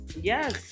yes